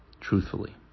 Truthfully